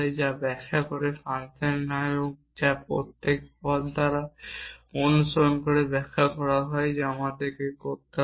যা ব্যাখ্যা করে ফাংশনের নাম যা প্রত্যেক পদ দ্বারা অনুসরণ করে ব্যাখ্যা করা হয় যা আমাকে করতে হবে